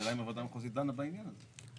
השאלה אם הוועדה המחוזית דנה בעניין הזה.